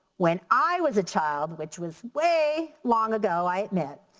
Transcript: when i was a child which was way long ago i admit,